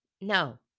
No